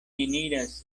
eniras